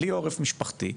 בלי עורף משפחתי,